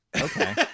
okay